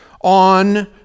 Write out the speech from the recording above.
on